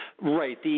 Right